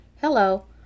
Hello